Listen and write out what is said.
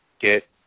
get